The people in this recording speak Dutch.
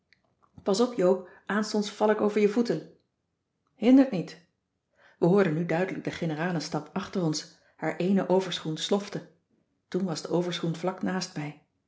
pas op joop aanstonds val ik over je voeten hindert niet we hoorden nu duidelijk de generalenstap achter ons haar eene overschoen slofte toen was de overschoen vlak naast mij